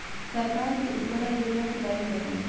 सरकार के उज्जवला योजना के बारे में बताईं?